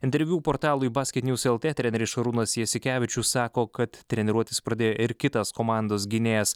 interviu portalui basketnews lt treneris šarūnas jasikevičius sako kad treniruotis pradėjo ir kitas komandos gynėjas